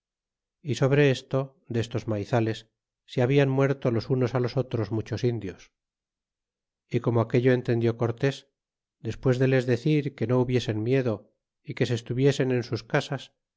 y sobre esto destos maizales se hablan muerto los unos a los otros muchos indios y como aquello entendió cortés despues de les decir que no hubiesen miedo y que se estuviesen en sus casas